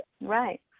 Right